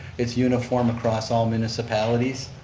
it's uniform across all municipalities.